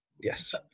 yes